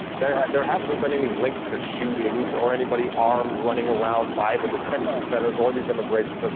there, there hasn't been any links to shootings or anybody armed running around by the detention centers or these immigration centers.